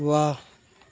वाह